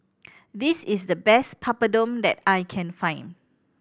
this is the best Papadum that I can find